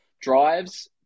drives